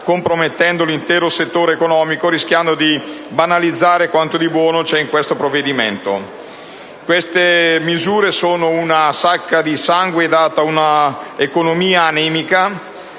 compromettendo l'intero settore economico, rischiando di banalizzare quanto di buono c'è in questo provvedimento. Queste misure sono una sacca di sangue data ad una economia anemica.